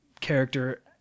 character